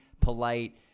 polite